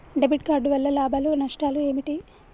Debit card వల్ల లాభాలు నష్టాలు ఏమిటి?